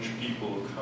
people